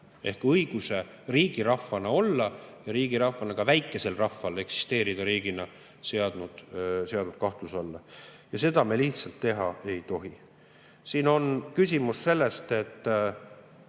ehk õiguse riigirahvana olla ja riigirahvana ka väikesel rahval eksisteerida riigina seadnud kahtluse alla. Ja seda me lihtsalt teha ei tohi. Siin oli küsimus – Peeter